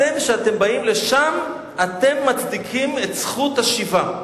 אתם, כשאתם באים לשם, אתם מצדיקים את זכות השיבה.